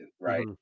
right